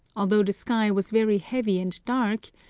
although the sky was very heavy and dark,